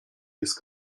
jest